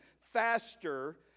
faster